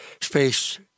space